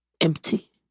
empty